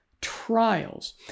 trials